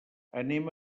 anem